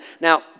now